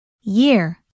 Year